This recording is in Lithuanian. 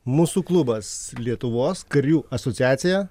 mūsų klubas lietuvos karių asociacija